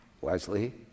Wesley